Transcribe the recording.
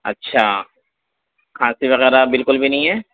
اچھا کھانسی وغیرہ بالکل بھی نہیں ہے